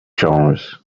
genres